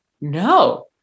no